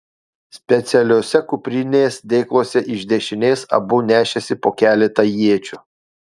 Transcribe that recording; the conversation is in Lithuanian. specialiuose kuprinės dėkluose iš dešinės abu nešėsi po keletą iečių